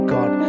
God